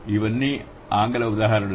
ఇవన్నీ ఆంగ్ల ఉదాహరణలు